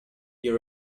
you